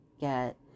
get